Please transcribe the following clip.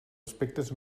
aspectes